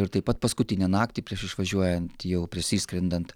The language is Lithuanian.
ir taip pat paskutinę naktį prieš išvažiuojant jau prieš išskrendant